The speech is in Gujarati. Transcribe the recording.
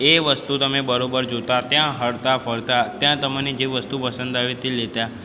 એ વસ્તુ તમે બરાબર જોતાં ત્યાં હરતાં ફરતાં ત્યાં તમને જે વસ્તુ પસંદ આવે તે લેતા